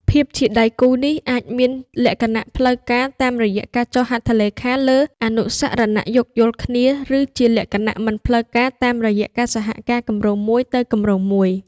ភាពជាដៃគូនេះអាចមានលក្ខណៈផ្លូវការតាមរយៈការចុះហត្ថលេខាលើអនុស្សរណៈយោគយល់គ្នា ឬជាលក្ខណៈមិនផ្លូវការតាមរយៈការសហការគម្រោងមួយទៅគម្រោងមួយ។